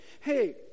Hey